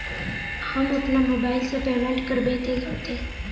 हम अपना मोबाईल से पेमेंट करबे ते होते?